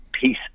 peace